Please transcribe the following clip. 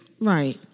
Right